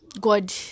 God